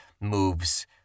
moves